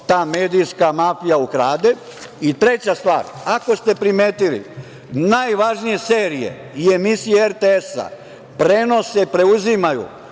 ta medijska mafija ukrade. Treća stvar, ako ste primetili, najvažnije serije i emisije RTS prenose, preuzimaju